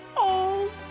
old